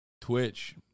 twitch